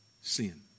Sin